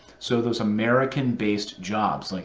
so those american based jobs. like